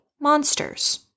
monsters